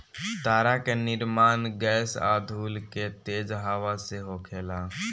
तारा के निर्माण गैस आ धूल के तेज हवा से होखेला